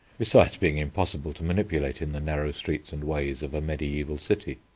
besides being impossible to manipulate in the narrow streets and ways of a mediaeval city.